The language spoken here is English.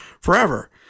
forever